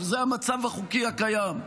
וזה המצב החוקי הקיים.